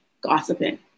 gossiping